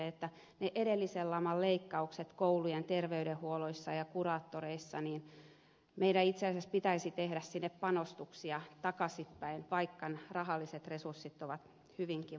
edellisen laman leikkaukset koulujen terveydenhuolloissa ja kuraattoreissa olivat sellaisia että meidän itse asiassa pitäisi tehdä sinne panostuksia takaisinpäin vaikka rahalliset resurssit ovat hyvinkin vaikeat